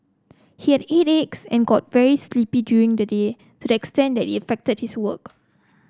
he had headaches and got very sleepy during the day to the extent that it affected his work